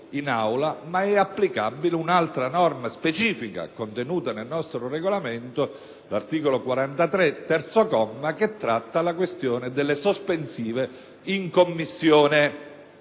ma è applicabile un'altra norma specifica, contenuta nel nostro Regolamento, l'articolo 43, comma 3, che tratta la questione delle sospensive in Commissione